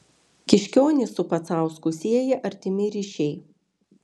kiškionį su pacausku sieja artimi ryšiai